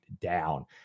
down